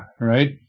right